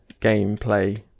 gameplay